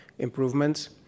Improvements